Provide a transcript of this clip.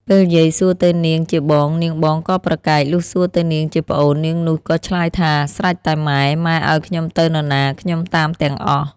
ពេលយាយសួរទៅនាងជាបង នាងបងក៏ប្រកែក លុះសួរទៅនាងជាប្អូន នាងនោះក៏ឆ្លើយថា ស្រេចតែម៉ែ ម៉ែឱ្យខ្ញុំទៅនរណា ខ្ញុំតាមទាំងអស់។